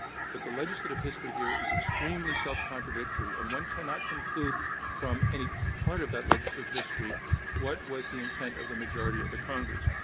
but the legislative history her is extremely self-contradictory and one cannot conclude from any part of that legislative history what was the intent of the majority of the congress.